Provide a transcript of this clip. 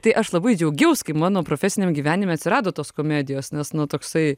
tai aš labai džiaugiaus kai mano profesiniam gyvenime atsirado tos komedijos nes nu toksai